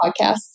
podcast